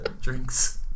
drinks